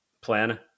plan